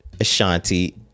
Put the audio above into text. Ashanti